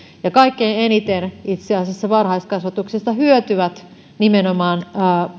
ja kaikkein eniten itse asiassa varhaiskasvatuksesta hyötyvät nimenomaan